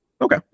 okay